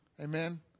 Amen